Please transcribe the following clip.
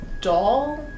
doll